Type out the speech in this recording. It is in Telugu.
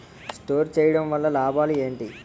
స్టోర్ చేయడం వల్ల లాభాలు ఏంటి?